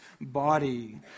body